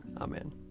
Amen